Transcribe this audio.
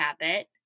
habit